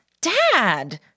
Dad